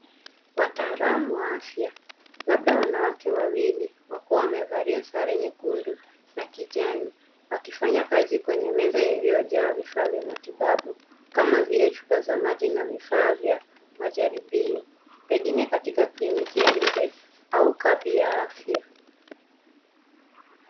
Wataalamu wa afya, labda wanawake wawili kwa kuwa wamevalia sare nyekundu na kijani, wakifanya kazi kwa meza iliyojaa vifaa vya matibabu kama vile chupa za maji na vifaa vya majaribio pengine katika klinki ya nje au kambi ya afya.